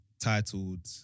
Titled